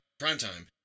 Primetime